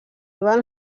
van